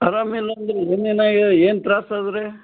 ಅದಾದ ಮೇಲೆ ಅಂದ್ರೆ ರೂಮಿನಾಗೆ ಏನು ತ್ರಾಸ ಅದೆ ರೀ